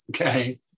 Okay